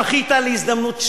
זכית להזדמנות שנייה,